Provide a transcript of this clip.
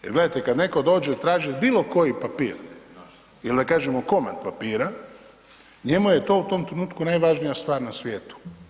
Jer gledajte kad netko dođe i traži bilo koji papir il da kažemo komad papira njemu je to u tom trenutku najvažnija stvar na svijetu.